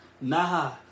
Nah